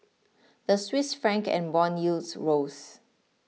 the Swiss Franc and bond yields rose